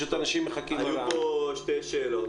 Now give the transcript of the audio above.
היו פה שתי שאלות.